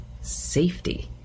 safety